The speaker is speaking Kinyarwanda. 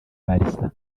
barca